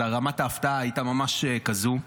אז רמת ההפתעה הייתה ממש כזו.